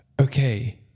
okay